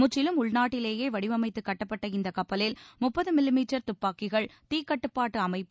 முற்றிலும் உள்நாட்டிலேயே வடிவமைத்து கட்டப்பட்ட இந்தக் கப்பலில் முப்பது மில்லி மீட்டர் துப்பாக்கிகள் தீ கட்டுப்பாட்டு அமைப்பு